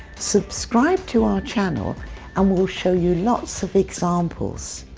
subscribe to our channel and we'll show you lots of examples.